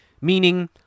Meaning